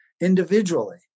individually